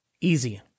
easy